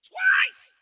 Twice